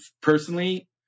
personally